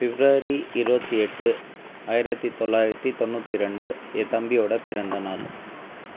பிப்ரவரி இருபத்தி எட்டு ஆயிரத்தி தொள்ளாயிரத்தி தொண்ணூற்றி ரெண்டு என் தம்பியோட பிறந்தநாள்